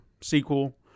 sequel